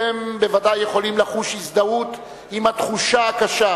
אתם בוודאי יכולים לחוש הזדהות עם התחושה הקשה,